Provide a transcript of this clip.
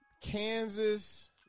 Kansas